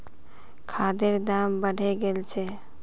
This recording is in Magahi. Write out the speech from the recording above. खादेर दाम बढ़े गेल छे